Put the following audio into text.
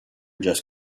just